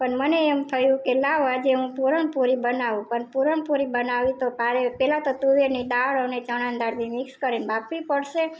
પણ મને એમ થયું કે લાવ આજે હું પુરણ પુરી બનાવું પણ પુરણ પુરી બનાવી તો મારે પહેલા તો તુવેરની દાળ અને ચણાની દાળ મિક્સ કરીને બાફવી પડશે